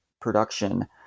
production